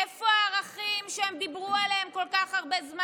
איפה הערכים שהם דיברו עליהם כל כך הרבה זמן?